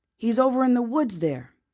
he's over in the woods there,